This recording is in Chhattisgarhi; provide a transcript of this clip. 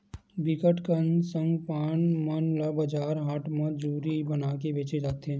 बिकट कन सग पान मन ल बजार हाट म जूरी बनाके बेंचे जाथे